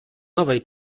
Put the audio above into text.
nowej